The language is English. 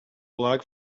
luck